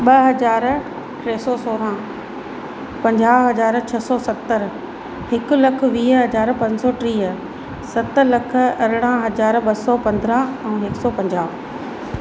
ॾह हज़ार टे सौ सोरहं पंजाह हज़ार छह सौ सतरि हिकु लखु वीह हज़ार पंज सौ टीह सत लख अरिड़हं हज़ार ॿ सौ पंद्राहं ऐं हिकु सौ पंजाह